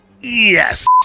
Yes